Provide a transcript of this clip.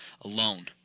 alone